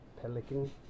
Pelican